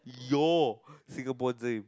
your Singapore dream